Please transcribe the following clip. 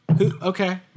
Okay